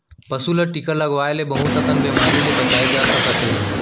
पसू ल टीका लगवाए ले बहुत अकन बेमारी ले बचाए जा सकत हे